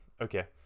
okay